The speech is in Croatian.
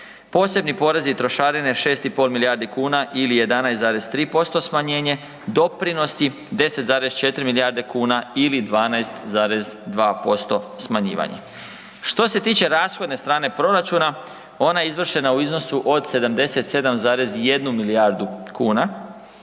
posebni porezi i trošarine 6,5 milijardi kuna ili 11,3% smanjenje, doprinosi 10,4 milijardi kuna ili 12,2% smanjivanje. Što se tiče rashodne strane proračuna, ona je izvršena u iznosu od 77,1 milijardu kuna